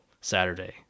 Saturday